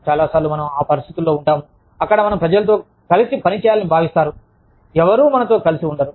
చాలా సార్లు మనం ఆ ఆపరిస్థితులలో ఉంటాము అక్కడ మనం ప్రజలతో కలిసి పనిచేయాలని భావిస్తున్నారు ఎవరు మనతో కలిసి ఉండరు